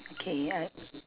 okay I